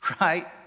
right